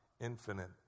infinite